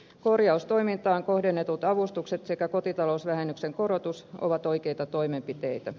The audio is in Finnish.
korjaustoimintaan kohdennetut avustukset sekä kotitalousvähennyksen korotus ovat oikeita toimenpiteitä